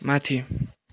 माथि